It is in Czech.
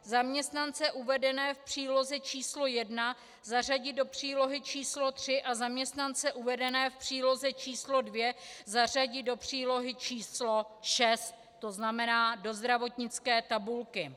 Zaměstnance uvedené v příloze číslo 1 se ukládá zařadit do přílohy číslo 3 a zaměstnance uvedené v příloze číslo 2 zařadit do přílohy číslo 3, tzn. do zdravotnické tabulky;